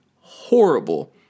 horrible